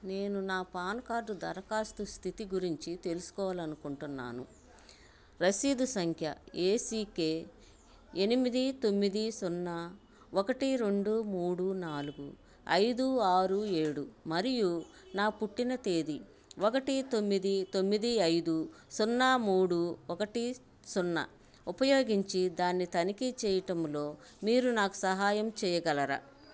నేను నా PAN card దరఖాస్తు స్థితి గురించి తెలుసుకోవాలి అనుకుంటున్నాను రసీదు సంఖ్య ఏ సీ కే ఎనిమిది తొమ్మిది సున్నా ఒకటి రెండు మూడు నాలుగు ఐదు ఆరు ఏడు మరియు నా పుట్టిన తేదీ ఒకటి తొమ్మిది తొమ్మిది ఐదు సున్నా మూడు ఒకటి సున్నా ఉపయోగించి దాన్ని తనిఖీ చేయటంలో మీరు నాకు సహాయం చేయగలరా